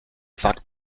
fact